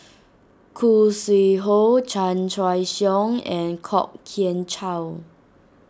Khoo Sui Hoe Chan Choy Siong and Kwok Kian Chow